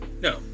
No